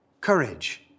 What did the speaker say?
courage